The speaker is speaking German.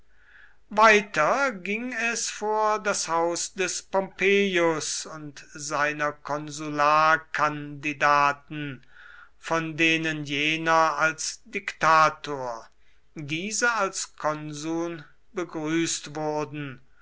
weiter ging es vor das haus des pompeius und seiner konsularkandidaten von denen jener als diktator diese als konsuln begrüßt wurden